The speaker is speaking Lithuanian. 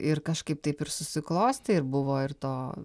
ir kažkaip taip ir susiklostė ir buvo ir to